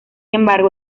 embargo